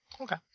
Okay